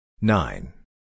Nine